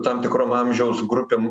tam tikrom amžiaus grupėm